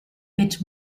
bit